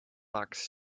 bucks